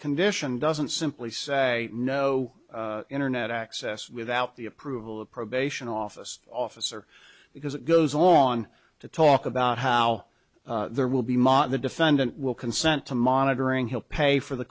condition doesn't simply say no internet access without the approval of probation office officer because it goes on to talk about how there will be the defendant will consent to monitoring help pay for the